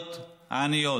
הערביות עניות.